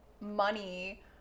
Money